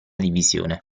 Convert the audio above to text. divisione